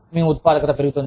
మీ ఉత్పాదకత పెరుగుతుంది